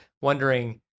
wondering